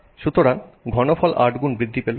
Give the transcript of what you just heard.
সুতরাং ঘনফল 8 গুণ বৃদ্ধি পেল